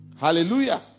Hallelujah